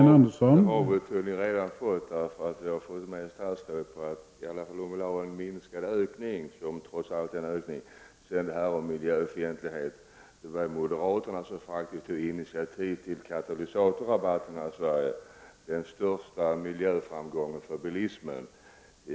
Herr talman! Vi har tydligen redan fått någonting att säga till om, eftersom vi har fått med statsrådet på att hon i varje fall vill ha en minskad ökning, som trots allt innebär en ökning. Sedan till det här med miljöfientlighet.